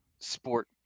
sport